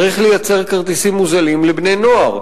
צריך לייצר כרטיסים מוזלים לבני-נוער.